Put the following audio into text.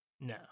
No